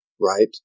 right